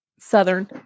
Southern